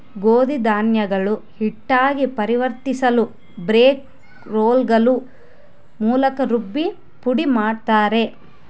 ಗೋಧಿ ಧಾನ್ಯಗಳು ಹಿಟ್ಟಾಗಿ ಪರಿವರ್ತಿಸಲುಬ್ರೇಕ್ ರೋಲ್ಗಳ ಮೂಲಕ ರುಬ್ಬಿ ಪುಡಿಮಾಡುತ್ತಾರೆ